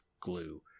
glue